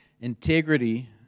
Integrity